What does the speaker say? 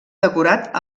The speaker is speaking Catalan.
decorat